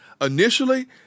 initially